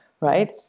right